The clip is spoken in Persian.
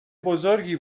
بزرگی